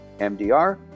MDR